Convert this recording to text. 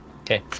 Okay